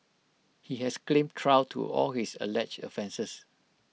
he has claimed trial to all his alleged offences